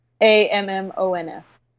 a-m-m-o-n-s